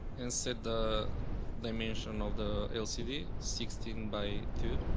and set the dimensions of the lcd. sixteen by two.